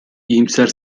iyimser